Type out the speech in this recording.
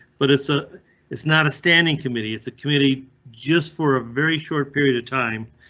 but it's a it's not a standing committee, it's a community just for a very short period of time.